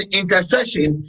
intercession